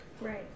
Right